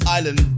Island